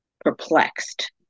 perplexed